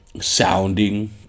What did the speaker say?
sounding